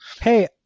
Hey